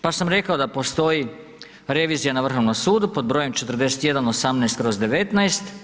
Pa sam rekao da postoji revizija na Vrhovnom sudu pod brojem 4118/